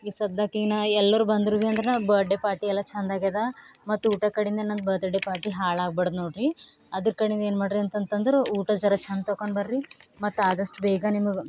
ಈಗ ಸದ್ಯಕ್ ಇನ್ನು ಎಲ್ಲರೂ ಬಂದರೂ ಭೀ ಅಂದ್ರೆನೆ ಬರ್ಡೇ ಪಾರ್ಟಿ ಎಲ್ಲ ಚಂದ ಆಗ್ಯದ ಮತ್ತು ಊಟ ಕಡಿಂದ ನಮ್ಮ ಬರ್ಡೇ ಪಾರ್ಟಿ ಹಾಳಾಗ ಬಾರ್ದ್ ನೋಡಿರಿ ಅದ್ರ ಕಡಿಂದ ಏನು ಮಾಡಿರಿ ಅಂತಂತಂದ್ರೆ ಊಟ ಜರಾ ಚಂದ ತೊಕೊಂಬರ್ರಿ ಮತ್ತು ಆದಷ್ಟ್ ಬೇಗ ನಿಮ್ಗೆ